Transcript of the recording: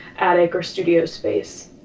attic, or studio space.